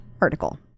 article